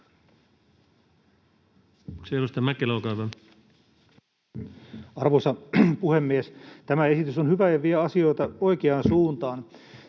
Arvoisa puhemies! Tämä esitys on hyvä ja vie asioita oikeaan suuntaan.